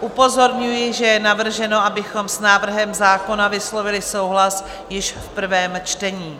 Upozorňuji, že je navrženo, abychom s návrhem zákona vyslovili souhlas již v prvním čtení.